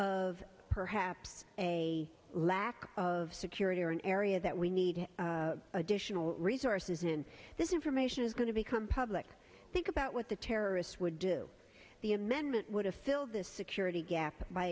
of perhaps a lack of security or an area that we need additional resources in this information is going to become public think about what the terrorists would do the amendment would have filled the security gap by